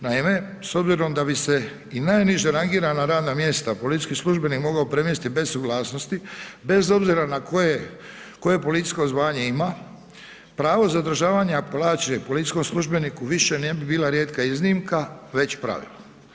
Naime, s obzirom da bi se i najniže rangirana radna mjesta policijski službenik mogao premjestiti bez suglasnosti, bez obzira na koje policijsko zvanje ima, pravo zadržavanja plaće policijskom službeniku više ne bi bila rijetka iznimka već pravilo.